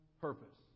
purpose